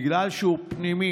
בגלל שהוא פנימי,